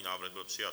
Návrh byl přijat.